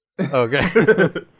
Okay